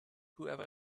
whoever